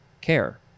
care